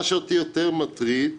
מה שאותי יותר מטריד,